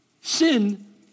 Sin